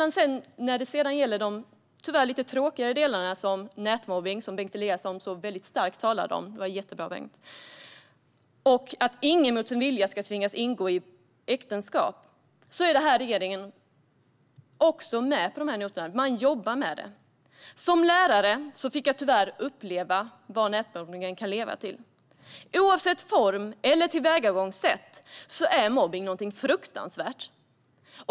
När det gäller de tyvärr lite tråkigare delarna, till exempel nätmobbning som Bengt Eliasson så starkt talade om - jättebra, Bengt - och att ingen mot sin vilja ska tvingas ingå äktenskap, är regeringen även här med på noterna. Man jobbar med frågorna. När jag var lärare fick jag tyvärr uppleva vad nätmobbningen kan leda till. Oavsett form eller tillvägagångssätt är mobbning något fruktansvärt.